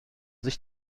sich